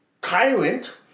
tyrant